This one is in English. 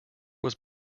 was